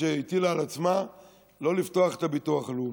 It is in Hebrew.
שהטילה על עצמה לא לפתוח את הביטוח הלאומי.